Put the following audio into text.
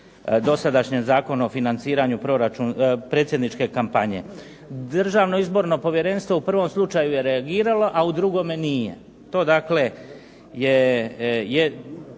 dosadašnjem Zakonu o financiranju predsjedničke kampanje. Državno izborno povjerenstvo u prvom slučaju je reagiralo, a u drugome nije. To dakle je,